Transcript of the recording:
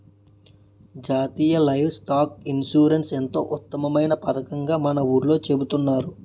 జాతీయ live stock insurance ఎంతో ఉత్తమమైన పదకంగా మన ఊర్లో చెబుతున్నారు